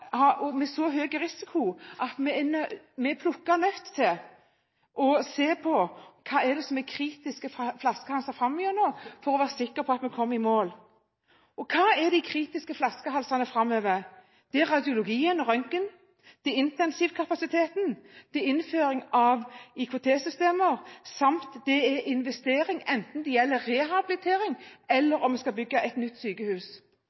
nødt til å se på hva som er de kritiske flaskehalsene framover, for å være sikre på at vi kommer i mål. Og hva er de kritiske flaskehalsene framover? Det er radiologien – røntgen – det er intensivkapasiteten, det er innføring av IKT-systemer samt investeringer, enten det gjelder rehabiliteringer eller om vi skal bygge et nytt sykehus.